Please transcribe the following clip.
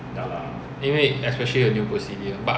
there will be a